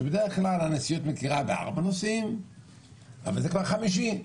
שבדרך כלל הנשיאות מכירה בארבעה נושאים והנושא שלנו הוא כבר חמישי.